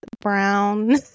brown